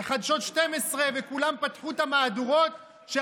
וחדשות 12 וכולם פתחו את המהדורות בזה